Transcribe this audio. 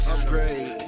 Upgrade